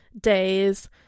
days